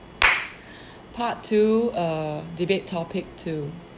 part two err debate topic two